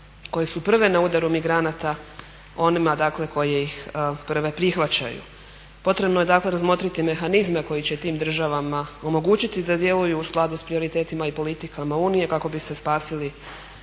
koje su prve na udaru migranata onima koji ih prve prihvaćaju. Potrebno je tako razmotriti mehanizme koji će tim državama omogućiti da djeluju u skladu s prioritetima i politikama Unije kako bi se spasili